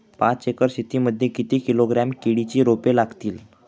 पाच एकर शेती मध्ये किती किलोग्रॅम केळीची रोपे लागतील?